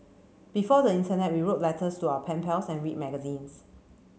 before the internet we wrote letters to our pen pals and read magazines